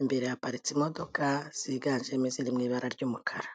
imbere haparitse imodoka ziganjemo iziri mu ibara ry'umukara.